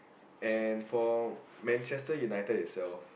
and for Manchester-United itself